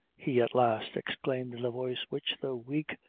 he at last exclaimed, in a voice which, though weak,